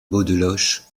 beaudeloche